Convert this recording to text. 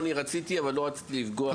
גם אני רציתי, אבל לא רציתי לפגוע בלוח הזמנים.